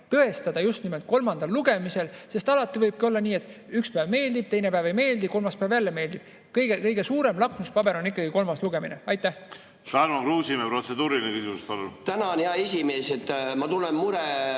tõestada just nimelt kolmandal lugemisel. Alati võib olla nii, et üks päev meeldib, teine päev ei meeldi, kolmas päev jälle meeldib. Kõige suurem lakmuspaber on kolmas lugemine. Veel